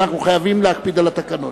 אנחנו חייבים להקפיד על התקנון.